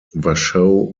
washoe